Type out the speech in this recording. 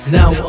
Now